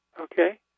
Okay